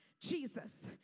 Jesus